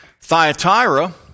Thyatira